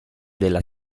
della